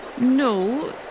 No